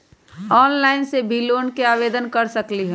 Online से भी loan के आवेदन कर सकलीहल?